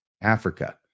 Africa